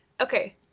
Okay